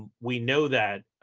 we know that.